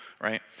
Right